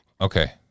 Okay